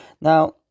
Now